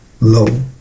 low